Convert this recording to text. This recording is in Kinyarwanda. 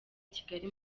kigali